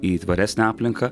į tvaresnę aplinką